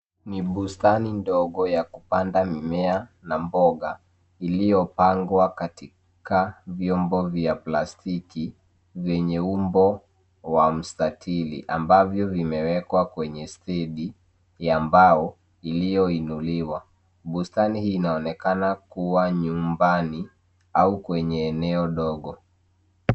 Ni bustani ndogo ya kupanda mimea na mboga iliyopangwa katika vyombo vya plastiki vyenye umbo wa mstatili ambavyo vimewekwa kwenye stendi ya mbao iliyoinuliwa. Bustani hii inaonekana kuwa nyumbani au kwenye eneo dogo.